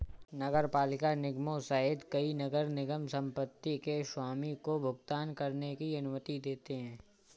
नगरपालिका निगमों सहित कई नगर निगम संपत्ति के स्वामी को भुगतान करने की अनुमति देते हैं